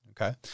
Okay